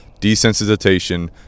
desensitization